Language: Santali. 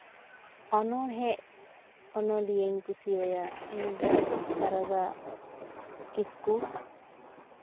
ᱚᱱᱚᱬᱦᱮ ᱚᱱᱚᱞᱤᱭᱟᱹᱧ ᱠᱩᱥᱤ ᱟᱭᱟ ᱩᱱᱤᱫᱚ ᱥᱟᱨᱚᱫᱟ ᱠᱤᱥᱠᱩ